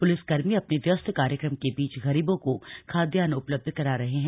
प्लिसकर्मी अपने व्यस्त कार्यक्रम के बीच गरीबों को खाद्यान्न उपलब्ध करा रहे हैं